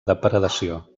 depredació